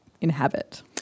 inhabit